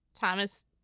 Thomas